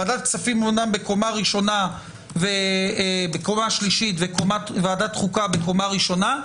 ועדת כספים אמנם בקומה שלישית וועדת חוקה בקומה ראשונה,